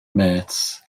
mêts